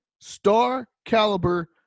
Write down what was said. star-caliber